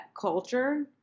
culture